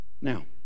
Now